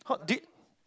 hot did